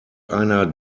einer